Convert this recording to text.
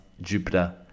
Jupiter